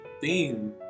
theme